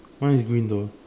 mine is green though